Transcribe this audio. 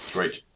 Great